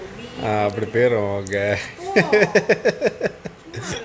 ah அப்படி போயிரும்:appadi poirum